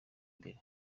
mbere